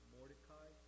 Mordecai